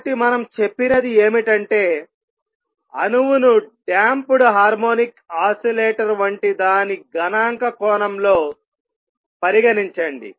కాబట్టి మనం చెప్పినది ఏమిటంటే అణువును డాంఫుడ్ హార్మోనిక్ ఆసిలేటర్ వంటి దాని గణాంక కోణంలో పరిగణించండి